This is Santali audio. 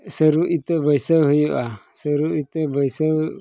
ᱥᱟᱹᱨᱩ ᱤᱛᱟᱹ ᱵᱟᱹᱭᱥᱟᱹᱣ ᱦᱩᱭᱩᱜᱼᱟ ᱥᱟᱹᱨᱩ ᱤᱛᱟᱹ ᱵᱟᱹᱭᱥᱟᱹᱣ